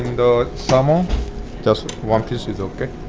the salmon just one piece is ok?